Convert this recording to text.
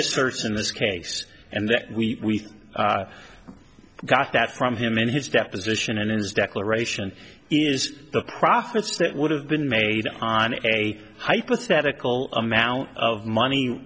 asserts in this case and that we i got that from him in his deposition and in his declaration is the profits that would have been made on a hypothetical amount of money